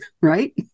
right